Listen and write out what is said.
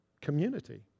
community